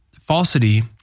falsity